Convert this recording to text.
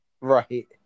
Right